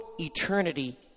eternity